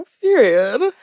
Period